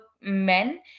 men